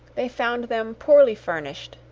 they found them poorly furnished,